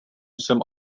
jsem